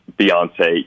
Beyonce